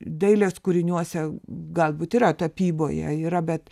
dailės kūriniuose galbūt yra tapyboje yra bet